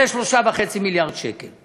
זה 3.5 מיליארד שקל.